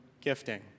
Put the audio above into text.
gifting